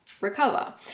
recover